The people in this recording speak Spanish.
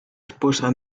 esposa